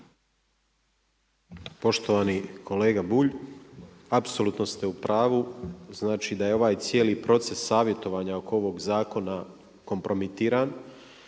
Poštovani kolega Bulj, apsolutno ste u pravu znači da je ovaj cijeli proces savjetovanja oko ovog zakona kompromitiran,